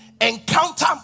encounter